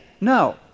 No